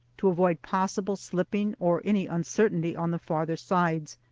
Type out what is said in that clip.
to avoid possible slipping or any uncertainty on the farther sides,